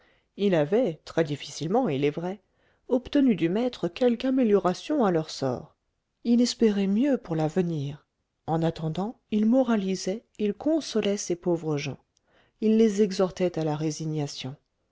il avait très-difficilement il est vrai obtenu du maître quelque amélioration à leur sort il espérait mieux pour l'avenir en attendant il moralisait il consolait ces pauvres gens il les exhortait à la résignation